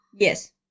Yes